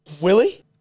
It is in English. Willie